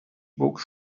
books